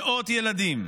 מאות ילדים,